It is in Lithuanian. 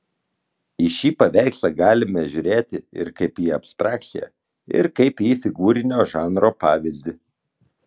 į šį paveikslą galime žiūrėti ir kaip į abstrakciją ir kaip į figūrinio žanro pavyzdį